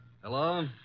Hello